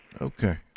okay